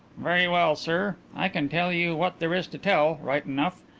very well, sir. i can tell you what there is to tell, right enough,